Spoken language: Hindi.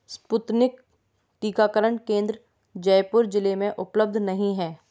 स्पुतनिक टीकाकरण केंद्र जयपुर ज़िले में उपलब्ध नहीं हैं